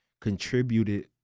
contributed